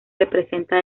representa